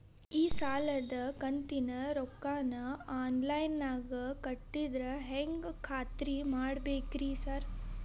ಈ ಸಾಲದ ಕಂತಿನ ರೊಕ್ಕನಾ ಆನ್ಲೈನ್ ನಾಗ ಕಟ್ಟಿದ್ರ ಹೆಂಗ್ ಖಾತ್ರಿ ಮಾಡ್ಬೇಕ್ರಿ ಸಾರ್?